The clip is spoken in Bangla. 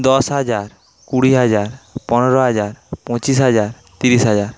দশ হাজার কুড়ি হাজার পনের হাজার পঁচিশ হাজার তিরিশ হাজার